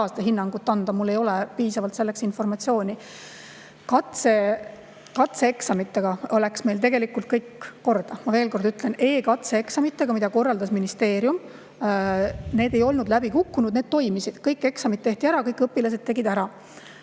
saa seda hinnangut anda, mul ei ole piisavalt informatsiooni. Katseeksamitega läks meil tegelikult kõik korda. Ma veel kord ütlen: e-katseeksamid, mida korraldas ministeerium, ei kukkunud läbi. Need toimisid, kõik eksamid tehti ära, kõik õpilased tegid ära.